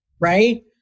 right